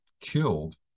killed